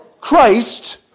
Christ